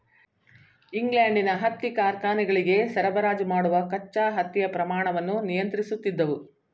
ಇಂಗ್ಲೆಂಡಿನ ಹತ್ತಿ ಕಾರ್ಖಾನೆಗಳಿಗೆ ಸರಬರಾಜು ಮಾಡುವ ಕಚ್ಚಾ ಹತ್ತಿಯ ಪ್ರಮಾಣವನ್ನು ನಿಯಂತ್ರಿಸುತ್ತಿದ್ದವು